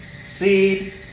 seed